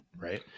right